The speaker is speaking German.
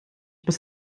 bis